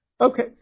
Okay